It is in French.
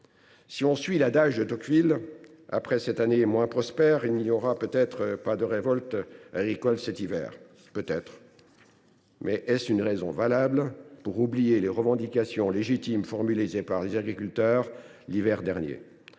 Si l’on suit l’adage de Tocqueville, après cette année moins prospère, il n’y aura peut être pas de révolte agricole cet hiver – peut être ! Mais est ce une raison valable pour oublier les revendications légitimes formulées par les agriculteurs l’hiver dernier ?